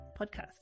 podcast